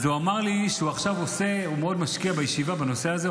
אז הוא אמר לי שהוא עכשיו מאוד משקיע בישיבה בנושא הזה’